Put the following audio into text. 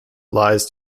lies